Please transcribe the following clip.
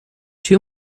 too